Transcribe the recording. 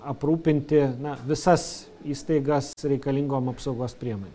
aprūpinti visas įstaigas reikalingom apsaugos priemonėm